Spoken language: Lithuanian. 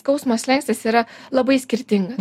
skausmo slenkstis yra labai skirtingas